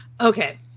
okay